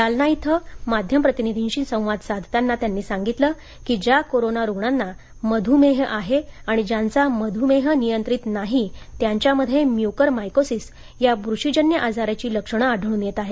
जालना इथं माध्यम प्रतिनिधींनीशी संवाद साधताना यांनी सांगितलं की ज्या कोरोना रुग्णांना मधुमेह आहे आणि ज्यांचा मधुमेह नियंत्रित नाही त्यांच्यामध्ये म्युकरमायकोसीस या बुरशीजन्य आजाराचे लक्षण आढळून येत आहे